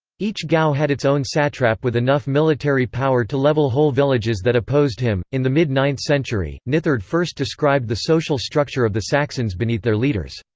each gau had its own satrap with enough military power to level whole villages that opposed him in the mid ninth century, nithard first described the social structure of the saxons beneath their leaders.